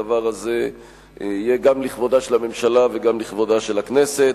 הדבר הזה יהיה גם לכבודה של הממשלה וגם לכבודה של הכנסת.